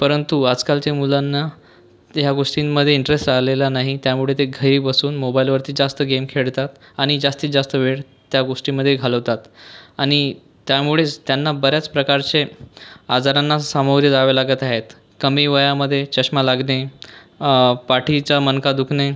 परंतु आजकालच्या मुलांना ह्या गोष्टींमध्ये इंटरेस्ट आलेला नाही त्यामुळे ते घरी बसून मोबाईलवरती जास्त गेम खेळतात आणि जास्तीत जास्त वेळ त्या गोष्टींमध्ये घालवतात आणि त्यामुळेच त्यांना बऱ्याच प्रकारचे आजारांना सामोरे जावे लागत आहेत कमी वयामध्ये चष्मा लागणे पाठीचा मणका दुखणे